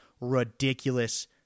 ridiculous